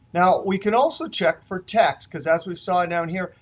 now, we can also check for text. because as we saw down here,